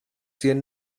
cien